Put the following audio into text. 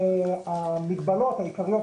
המגבלות העיקריות,